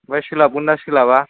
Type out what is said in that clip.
आमफ्राय सोलाबगोनना सोलाबा